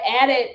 added